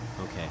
Okay